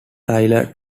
taylor